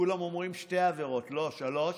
כולם אומרים ששתי עבירות, לא, שלוש,